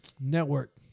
network